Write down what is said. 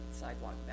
sidewalk